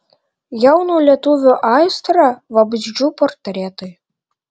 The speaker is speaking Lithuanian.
jauno lietuvio aistra vabzdžių portretai